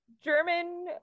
German